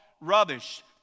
Rubbish